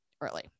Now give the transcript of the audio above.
early